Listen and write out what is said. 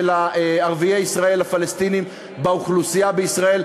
ערביי ישראל הפלסטינים באוכלוסייה בישראל.